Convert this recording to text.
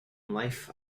life